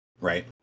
right